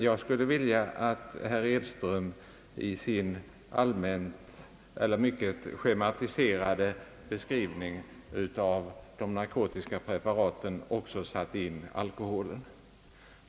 Jag skulle ha önskat att herr Edström i sin mycket schematiserade beskrivning av de narkotiska preparaten också satt in alkoholen.